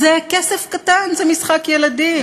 זה כסף קטן, זה משחק ילדים.